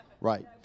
Right